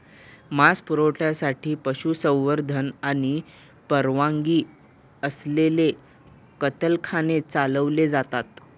मांस पुरवठ्यासाठी पशुसंवर्धन आणि परवानगी असलेले कत्तलखाने चालवले जातात